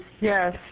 Yes